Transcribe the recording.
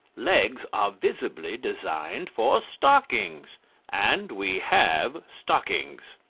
legs are visibly designed for stockings and we have stockings.